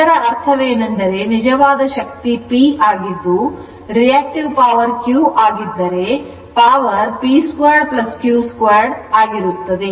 ಇದರ ಅರ್ಥವೇನೆಂದರೆ ನಿಜವಾದ ಶಕ್ತಿ P ಆಗಿದ್ದು reactive power Q ಆಗಿದ್ದರೆ ಅದು P 2 Q2 ಆಗಿರುತ್ತದೆ